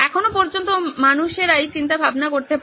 এখনো পর্যন্ত মানুষরাই চিন্তাভাবনা করতে পারে